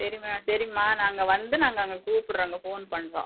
சரிமா சரிமா நாங்கள் வந்து நாங்கள் அங்கே கூப்பிட்றோங்க ஃபோன் பண்ணுறோம்